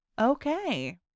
Okay